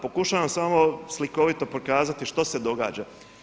Pokušavam samo slikovito pokazati što se događa.